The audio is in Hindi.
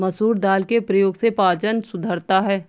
मसूर दाल के प्रयोग से पाचन सुधरता है